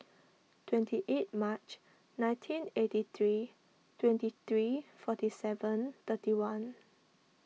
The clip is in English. twenty eight Mar nineteen eighty three twenty three forty seven thirty one